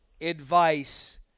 advice